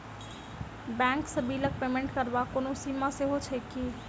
Bank सँ बिलक payment करबाक कोनो सीमा सेहो छैक की?